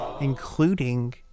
including